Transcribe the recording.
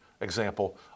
example